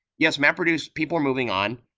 yes, mapreduce, people are moving on.